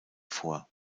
vor